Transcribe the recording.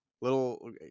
Little